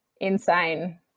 insane